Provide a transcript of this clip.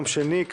יום שני,